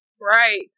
Right